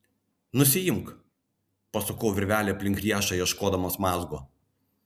nusiimk pasukau virvelę aplink riešą ieškodamas mazgo